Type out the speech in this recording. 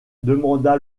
demanda